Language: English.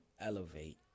elevate